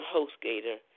HostGator